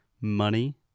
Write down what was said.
money